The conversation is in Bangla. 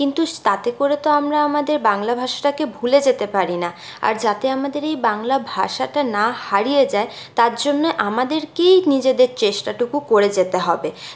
কিন্তু স তাতে করে তো আমরা আমাদের বাংলা ভাষাটাকে ভুলে যেতে পারি না আর যাতে আমাদের এই বাংলা ভাষাটা না হারিয়ে যায় তার জন্যে আমাদেরকেই নিজেদের চেষ্টাটুকু করে যেতে হবে